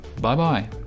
Bye-bye